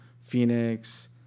Phoenix